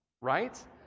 right